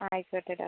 ആയിക്കോട്ടെ ഡോക്ടർ